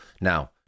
Now